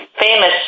famous